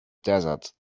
desert